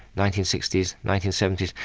nineteen sixty s, nineteen seventy s,